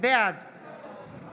בעד